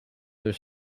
their